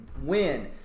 win